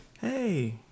Hey